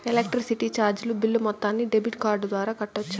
Electricity చార్జీలు bill మొత్తాన్ని debit card ద్వారా కట్టొచ్చా?